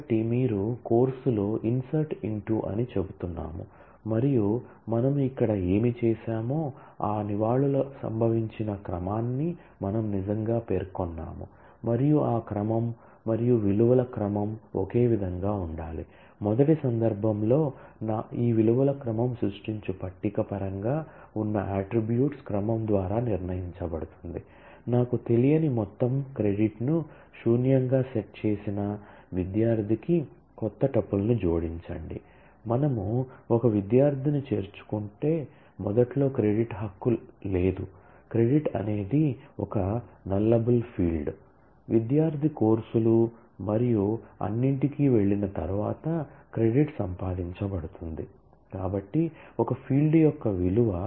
కాబట్టి మీరు కోర్సులో ఇన్సర్ట్ ఇంటూ సమయంలో తెలియని ప్రత్యేక విలువ